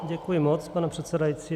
Děkuji moc, pane předsedající.